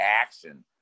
action